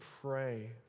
pray